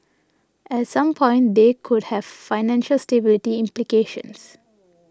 at some point they could have financial stability implications